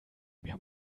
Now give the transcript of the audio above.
mir